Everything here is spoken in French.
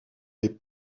des